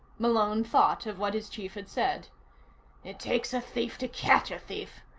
malone thought of what his chief had said it takes a thief to catch a thief.